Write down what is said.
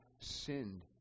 sinned